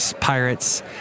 Pirates